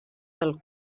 del